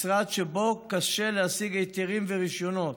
משרד שבו קשה להשיג היתרים ורישיונות.